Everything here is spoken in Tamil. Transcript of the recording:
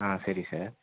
ஆ சரி சார்